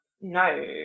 No